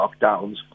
lockdowns